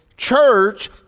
Church